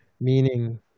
Meaning